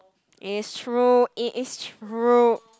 it is true it is true